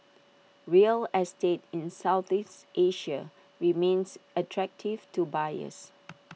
real estate in Southeast Asia remains attractive to buyers